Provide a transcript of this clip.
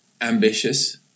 ambitious